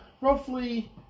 roughly